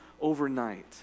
overnight